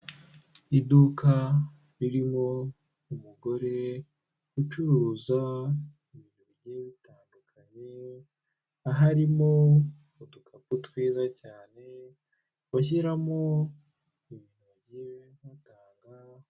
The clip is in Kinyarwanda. Aka ni agace gatuwe nk'uko bigaragazwa n'ibipangu bihari, hateye ipoto ririho insinga z'imikara kandi iri poto biragaragara ko rikwirakwiza umuriro w'amashanyarazi muri aka gace aha turahabona amapave aho iri poto rishinze, hari n'ibiti hakurya ndetse hari n'amabuye akikije izi ngo.